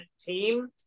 team